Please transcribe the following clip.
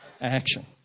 Action